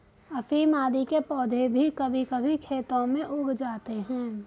अफीम आदि के पौधे भी कभी कभी खेतों में उग जाते हैं